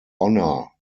honor